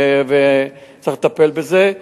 וצריך לטפל בזה.